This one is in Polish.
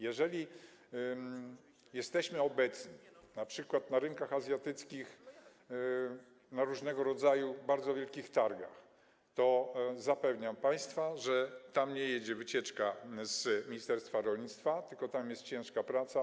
Jeżeli jesteśmy obecni np. na rynkach azjatyckich na różnego rodzaju bardzo wielkich targach, to zapewniam państwa, że nie jedzie tam wycieczka z ministerstwa rolnictwa, tylko jest tam ciężka praca.